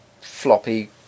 floppy